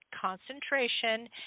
concentration